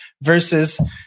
Versus